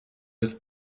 des